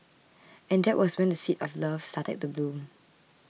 and that was when the seeds of love started to bloom